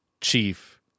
Chief